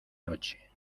noche